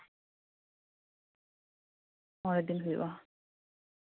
ᱢᱚᱬᱮ ᱫᱤᱱ ᱦᱩᱭᱩᱜᱼᱟ